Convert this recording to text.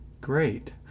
Great